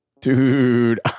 dude